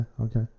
Okay